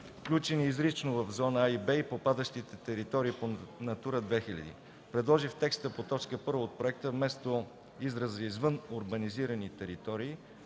включени изрично в зона „А” и „Б” и попадащите територии по „Натура 2000”. Предложих в текста по т. 1 от проекта вместо израза „извън урбанизирани територии”,